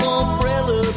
umbrella